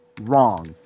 wrong